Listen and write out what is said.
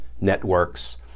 networks